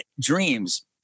Dreams